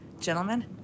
gentlemen